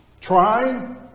trying